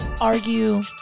argue